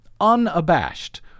Unabashed